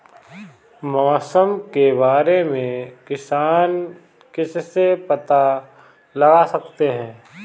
मौसम के बारे में किसान किससे पता लगा सकते हैं?